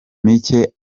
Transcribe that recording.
mike